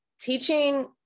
teaching